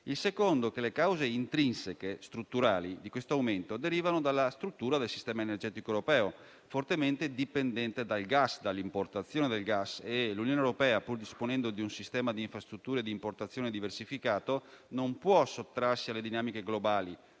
il secondo è che le cause intrinseche, strutturali di questo aumento derivano dalla struttura del sistema energetico europeo, fortemente dipendente dall'importazione del gas. L'Unione europea, pur disponendo di un sistema di infrastrutture di importazione diversificato, non può sottrarsi alle dinamiche globali,